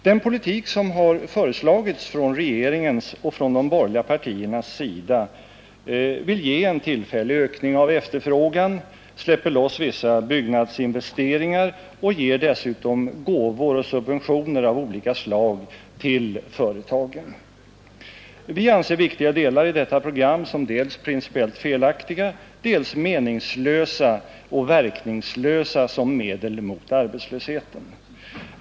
Den politik som regeringen och de borgerliga partierna har föreslagit leder till en tillfällig ökning av efterfrågan, släpper loss vissa byggnadsinvesteringar och ger dessutom gåvor och subventioner av olika slag till företagen. Vi anser viktiga delar i detta program dels vara principiellt felaktiga, dels meningslösa och verkningslösa såsom medel mot arbetslösheten.